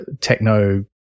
techno